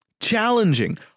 Challenging